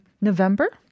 November